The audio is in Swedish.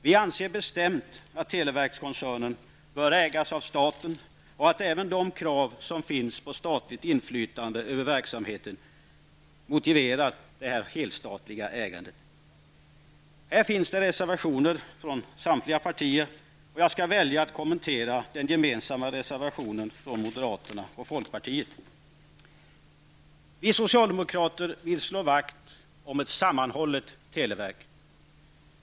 Vi anser bestämt att televerkskoncernen bör ägas av staten och att även det krav som finns på statligt inflytande över verksamheten motiverar ett helstatligt ägande. Här finns det reservationer från samtliga partier. Jag väljer att kommentera den gemensamma reservationen från moderaterna och folkpartiet. Vi socialdemokrater vill slå vakt om ett sammanhållet televerk.